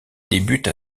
débute